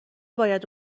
باید